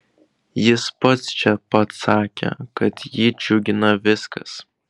jis pats čia pat pasakė kad jį džiugina viskas